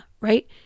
right